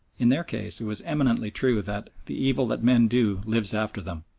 in their case it was eminently true that the evil that men do lives after them.